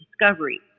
discovery